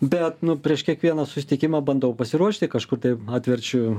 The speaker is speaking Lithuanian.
bet nu prieš kiekvieną susitikimą bandau pasiruošti kažkur tai atverčiau